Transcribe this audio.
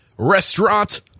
restaurant